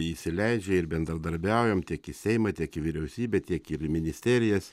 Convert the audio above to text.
įsileidžia ir bendradarbiaujam tiek į seimą tiek į vyriausybę tiek ir į ministerijas